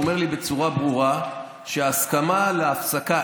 והוא אומר לי בצורה ברורה שהסכמה על הפסקה,